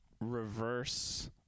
reverse